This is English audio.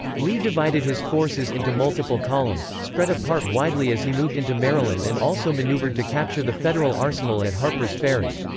lee divided his forces into multiple columns, spread apart widely as he moved into maryland and also maneuvered to capture the federal arsenal at harpers ferry.